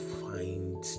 find